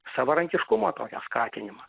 savarankiškumo tokio skatinimą